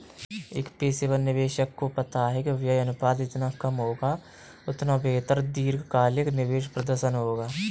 एक पेशेवर निवेशक को पता है कि व्यय अनुपात जितना कम होगा, उतना बेहतर दीर्घकालिक निवेश प्रदर्शन होगा